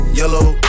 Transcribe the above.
yellow